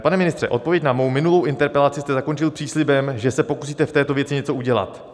Pane ministře, odpověď na mou minulou interpelaci jste zakončil příslibem, že se pokusíte v této věci něco udělat.